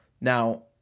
Now